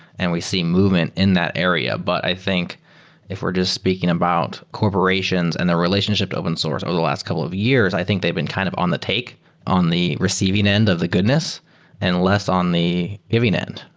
and we see movement in that area. but i think if we're just speaking about corporations and the relationship to open source over the last couple of years, i think they've been kind of on the take on the receiving end of the goodness and less on the giving end.